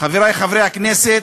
חברי חברי הכנסת,